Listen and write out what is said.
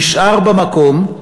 נשאר במקום,